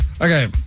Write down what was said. Okay